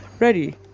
ready